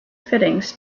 fittings